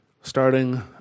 starting